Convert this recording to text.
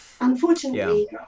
unfortunately